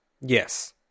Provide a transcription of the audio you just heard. Yes